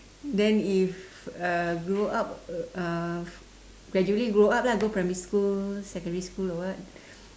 then if uh grow up uh gradually grow up lah go primary school secondary school or what